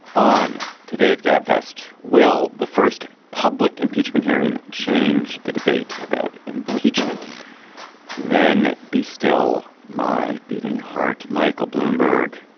on today's gabfest will the first public impeachment hearing change the debate about impeachment then. be still my beating heart michael bloomberg